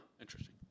Interesting